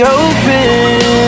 open